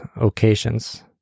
occasions